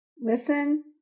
Listen